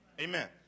Amen